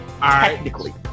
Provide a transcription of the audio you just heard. Technically